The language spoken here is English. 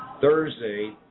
Thursday